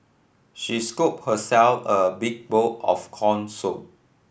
she scooped herself a big bowl of corn soup